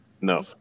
No